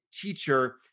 teacher